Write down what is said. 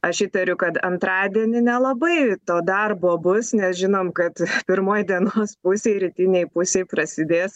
aš įtariu kad antradienį nelabai to darbo bus nes žinom kad pirmoj dienos pusėj rytinėj pusėj prasidės